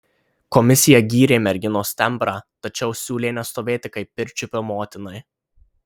komisija gyrė merginos tembrą tačiau siūlė nestovėti kaip pirčiupio motinai